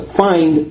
find